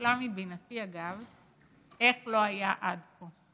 שנפלא מבינתי, אגב, איך הוא לא היה עד כה.